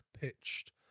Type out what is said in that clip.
pitched